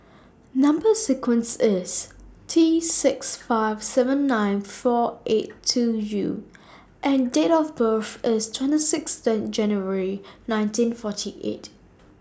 Number sequence IS T six five seven nine four eight two U and Date of birth IS twenty six January nineteen forty eight